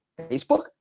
Facebook